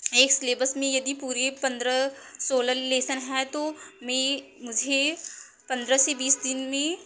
एक स्लैबस में यदि पूरे पंद्रह सोलह लेसन हैं तो मैं मुझे पंद्रह से बीस दिन में